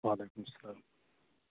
وعلیکُم سلام